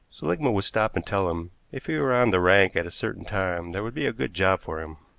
seligmann would stop and tell him if he were on the rank at a certain time there would be a good job for him.